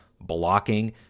blocking